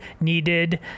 needed